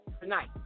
tonight